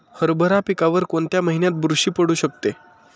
हरभरा पिकावर कोणत्या महिन्यात बुरशी पडू शकते?